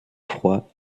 froid